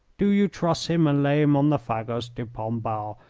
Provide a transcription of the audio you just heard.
do you truss him and lay him on the faggots, de pombal,